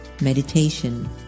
Meditation